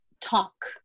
talk